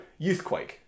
youthquake